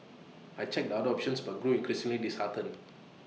I checked other options but grew increasingly disheartened